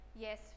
yes